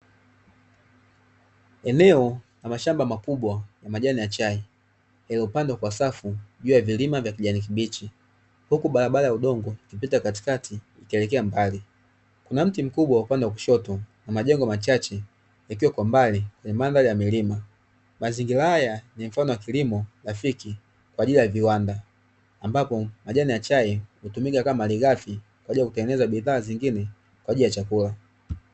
Eneo la mashamba makubwa yaliyopambwa kwa majani ya chai yaliyopandwa kwa safu juu ya vilima vya kijani fbichi huku na ikiwa kwa mbali ya milima mazingira haya ni mfano wa kilimo rafiki kwa ajili ya viwanda chai hutumika kama marighafi ukaja kutengeneza bidhaa zingine kwa ajili ya chakula.